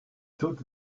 toute